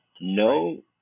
No